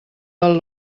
del